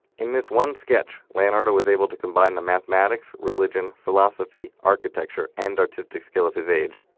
in this one sketch, leonardo was able to combine the mathematics, religion, philosophy, architecture, and artistic skill of his age.